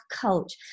coach